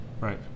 Right